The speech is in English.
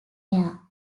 air